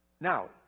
Now